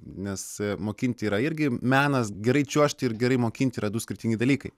nes mokinti yra irgi menas gerai čiuožti ir gerai mokinti yra du skirtingi dalykai